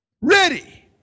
ready